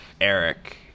Eric